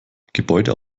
gebäude